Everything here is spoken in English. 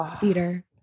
theater